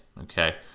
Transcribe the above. okay